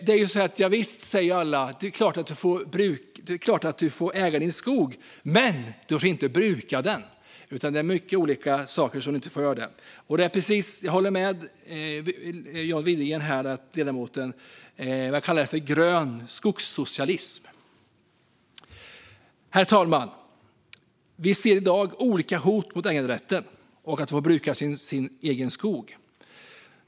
Det är klart att man får äga sin skog, men man får inte bruka den. Det är mycket man inte får göra med den. Jag håller med ledamoten John Widegren som kallar det grön skogssocialism. Herr talman! Vi ser i dag olika hot mot äganderätten och att få bruka sin egen skog.